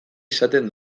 izaten